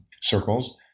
circles